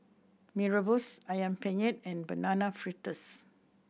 Mee Rebus Ayam Penyet and Banana Fritters